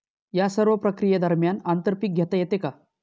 या सर्व प्रक्रिये दरम्यान आंतर पीक घेता येते का?